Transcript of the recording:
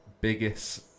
biggest